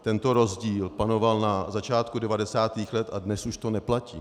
Tento rozdíl panoval na začátku 90. let a dnes už to neplatí.